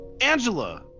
Angela